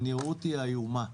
הנראות היא איומה.